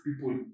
people